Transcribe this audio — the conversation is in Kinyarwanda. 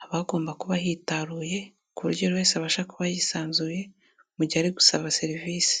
Haba habagomba kuba hitaruye, ku buryo buri wese abasha kuba yisanzuye mu gihe ari gusaba serivisi.